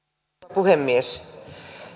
puhemies